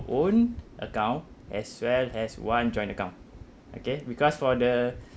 own account as well as one joint account okay because for the